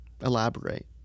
Elaborate